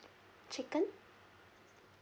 chicken